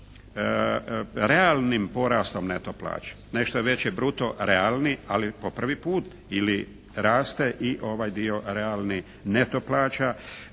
realnim porastom neto plaća. Nešto je veći bruto realni, ali po prvi puta ili raste i ovaj dio realni neto plaća.